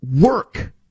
work